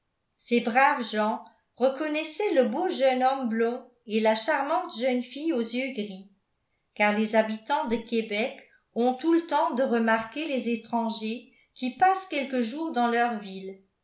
ces braves gens reconnaissaient le beau jeune homme blond et la charmante jeune fille aux yeux gris car les habitants de québec ont tout le temps de remarquer les étrangers qui passent quelques jours dans leur ville